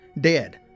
dead